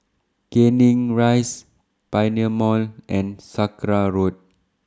Canning Rise Pioneer Mall and Sakra Road